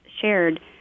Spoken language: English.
shared